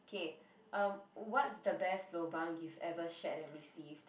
k um what's the best lobang you've ever shared and received